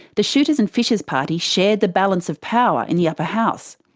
the shooters and fishers party shared the balance of power in the upper house.